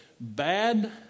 bad